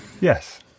yes